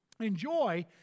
Enjoy